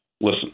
Listen